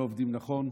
לא עובדים נכון,